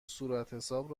صورتحساب